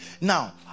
Now